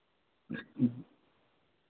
ह्म्म